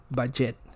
budget